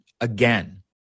again